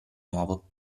nuovo